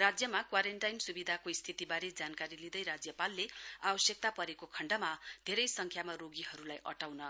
राज्यमा क्वारेन्टाइन सुविधाको स्थितिवारे जानकारी दिँदै राज्यपालले आवश्यकता परेको खण्डमा धेरै संख्यामा रोगीहरुलाई अटाउन